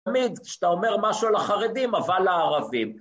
תמיד כשאתה אומר משהו לחרדים, אבל הערבים...